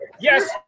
Yes